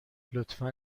لطفا